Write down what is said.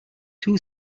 two